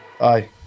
aye